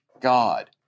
God